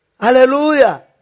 Hallelujah